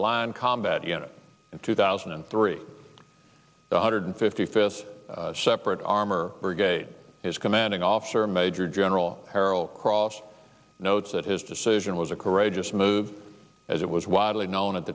line combat unit in two thousand and three hundred fifty fifth separate armor brigade his commanding officer major general harel cross notes that his decision was a courageous move as it was widely known at